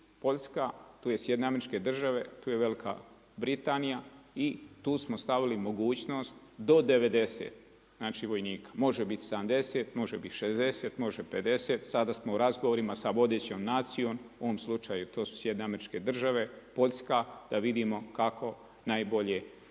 Poljska, tu je SAD, tu je Velika Britanija i tu smo stavili mogućnost do 90, znači vojnika, može biti 70, može biti 60, može 50, sada smo u razgovorima sa vodećom nacijom, u ovom slučaju to su SAD, Poljska, da vidimo kako najbolje.